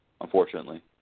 unfortunately